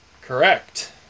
Correct